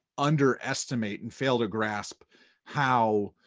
underestimate and fail to grasp how